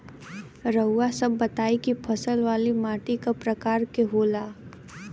रउआ सब बताई कि फसल वाली माटी क प्रकार के होला?